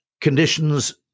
conditions